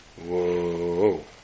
Whoa